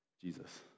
Jesus